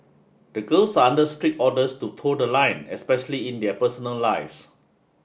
the girls are under strict orders to toe the line especially in their personal lives